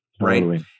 right